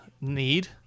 need